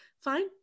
fine